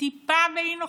טיפה באי נוחות?